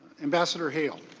ambassador hill.